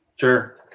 Sure